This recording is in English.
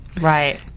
Right